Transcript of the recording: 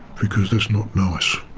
because that's not nice.